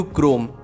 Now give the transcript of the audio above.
Chrome